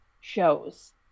shows